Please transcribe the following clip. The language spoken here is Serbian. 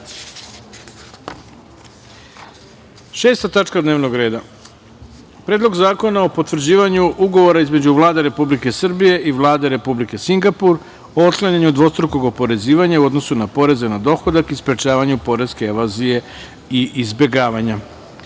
na glasanje Predlog zakona o potvrđivanju Ugovora između Vlade Republike Srbije i Vlade Republike Singapur o otklanjanju dvostrukog oporezivanja u odnosu na poreze na dohodak i sprečavanju poreske evazije i izbegavanja,